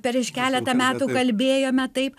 prieš keletą metų kalbėjome taip